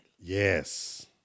yes